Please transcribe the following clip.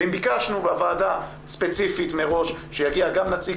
ואם ביקשנו בוועדה ספציפית מראש שיגיע גם נציג